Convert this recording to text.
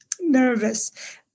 nervous